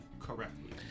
Correctly